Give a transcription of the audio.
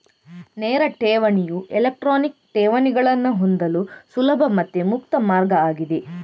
ನೇರ ಠೇವಣಿಯು ಎಲೆಕ್ಟ್ರಾನಿಕ್ ಠೇವಣಿಗಳನ್ನ ಹೊಂದಲು ಸುಲಭ ಮತ್ತೆ ಮುಕ್ತ ಮಾರ್ಗ ಆಗಿದೆ